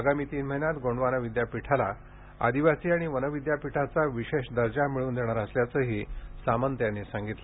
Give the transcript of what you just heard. आगामी तीन महिन्यांत गोंडवाना विद्यापीठाला आदिवासी आणि वन विद्यापीठाचा विशेष दर्जा मिळवून देणार असल्याचंही सामंत यांनी यावेळी सांगितलं